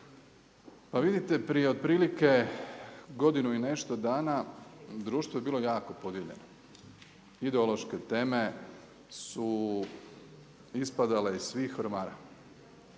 Pa vidite prije otprilike godinu i nešto dana društvo je bilo ako podijeljeno. Ideološke teme su ispadale iz svih ormara.